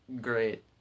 great